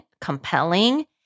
compelling